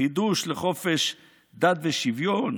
חידוש לחופש דת ושוויון?